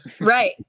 Right